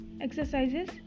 exercises